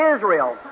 Israel